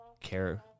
care